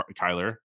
Kyler